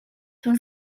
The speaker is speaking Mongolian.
тун